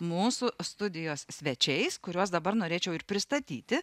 mūsų studijos svečiais kuriuos dabar norėčiau pristatyti